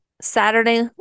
Saturday